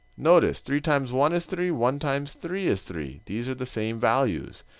notice, three times one is three. one times three is three. these are the same values.